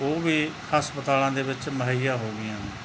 ਉਹ ਵੀ ਹਸਪਤਾਲਾਂ ਦੇ ਵਿੱਚ ਮੁਹੱਈਆ ਹੋ ਗਈਆਂ ਨੇ